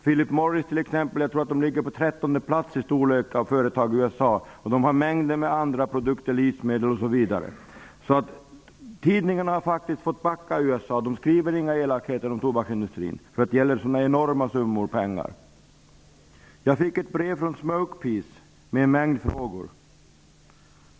Philip Morris t.ex. ligger på 13:e plats i storlek bland företagen i USA. Företaget tillverkar mängder av andra produkter, t.ex. livsmedel. Tidningarna i USA har faktiskt fått backa. De skriver inte några elakheter om tobaksindustrin. Det gäller ju sådana enorma penningsummor. Jag fick från Smokepeace ett brev med en mängd frågor.